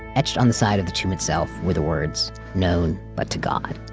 etched on the side of the tomb itself were the words, known but to god.